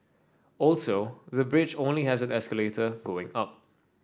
also the bridge only has the escalator going up